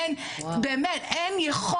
באמת, אין יכולת.